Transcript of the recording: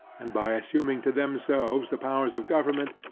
and by assuming to themselves the powers of government,